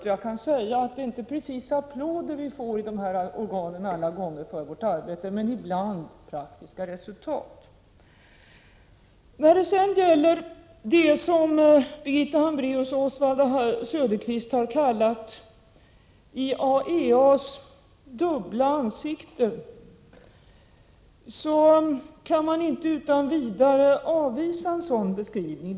Det är inte alla gånger som vi precis får applåder i dessa organ för vårt arbete, men ibland praktiska resultat. När det gäller det som Birgitta Hambraeus och Oswald Söderqvist kallade IAEA:s dubbla ansikte kan man inte utan vidare avvisa en sådan beskrivning.